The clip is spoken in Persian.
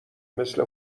مثل